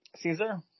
Caesar